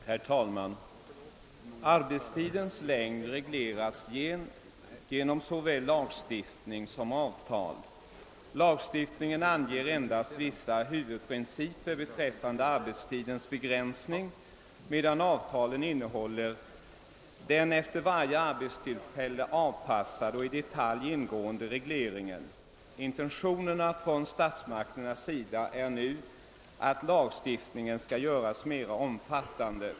Herr talman! Arbetstidens längd regleras genom såväl lagstiftning som avtal. Lagstiftningen anger endast vissa huvudprinciper beträffande arbetstidens begränsning, medan avtalen innehåller den efter varje arbetstillfälle avpassade och i detalj ingående regleringen. Statsmakternas intentioner är nu att lagstiftningen skall göras mera omfattande.